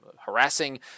harassing